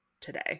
today